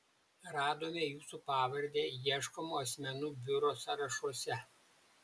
radome jūsų pavardę ieškomų asmenų biuro sąrašuose